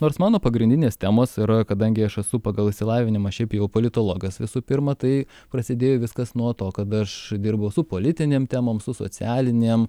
nors mano pagrindinės temos yra kadangi aš esu pagal išsilavinimą šiaip jau politologas visų pirma tai prasidėjo viskas nuo to kad aš dirbau su politinėm temom su socialinėm